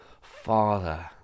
father